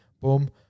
Boom